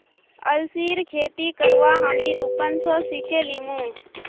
अलसीर खेती करवा हामी रूपन स सिखे लीमु